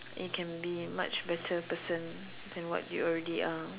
you can be much better person than what you already are